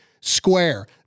Square